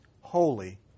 holy